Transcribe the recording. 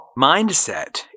mindset